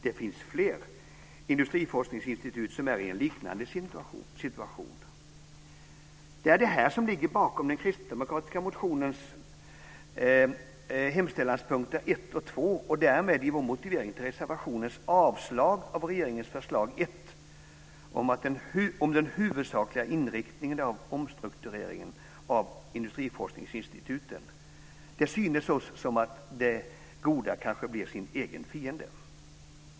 Det finns fler industriforskningsinstitut som är i en liknande situation. Det är bl.a. det här som ligger bakom hemställanspunkterna 1 och 2 i den kristdemokratiska motionen N 9, som innehåller motiveringen till reservationens avslag på regeringens förslag om den huvudsakliga inriktningen av omstruktureringen av industriforskningsinstituten. Det synes oss att det goda kanske kan bli sin egen fiende.